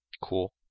Cool